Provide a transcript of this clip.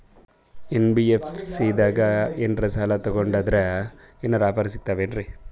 NBFC ದಾಗ ಏನ್ರ ಸಾಲ ತೊಗೊಂಡ್ನಂದರ ಏನರ ಆಫರ್ ಸಿಗ್ತಾವೇನ್ರಿ?